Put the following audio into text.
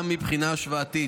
גם מבחינה השוואתית,